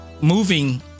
moving